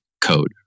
code